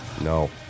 No